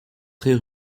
très